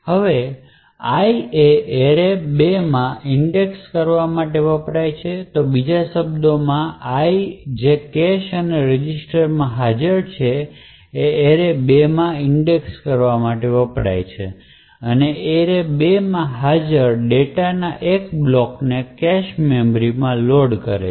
હવે I એ array2 માં ઇન્ડેક્સ કરવા વપરાય છે બીજા શબ્દોમાં I જે કેશ અને રજીસ્ટર માં હાજર છે એ array2 માં ઇન્ડેક્સ કરવા વપરાય છે અને array2 માં હાજર ડેટાના એક બ્લોકને કેશ મેમરી માં લોડ કરે છે